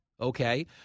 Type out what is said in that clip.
Okay